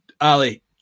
Ali